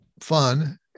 fun